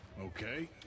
Okay